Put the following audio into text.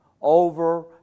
over